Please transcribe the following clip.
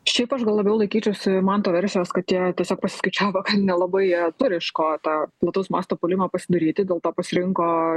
šiaip aš gal labiau laikyčiausi manto versijos kad jie tiesiog pasiskaičiavo kad nelabai jie turi iš ko tą plataus masto puolimą pasidaryti dėl to pasirinko